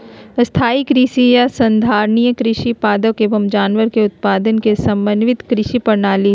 स्थाई कृषि या संधारणीय कृषि पादप एवम जानवर के उत्पादन के समन्वित कृषि प्रणाली हई